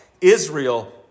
Israel